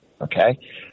okay